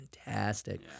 fantastic